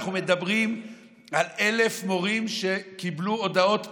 אנחנו מדברים על 1,000 מורים שקיבלו הודעות פיטורים,